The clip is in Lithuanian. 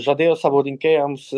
žadėjo savo rinkėjams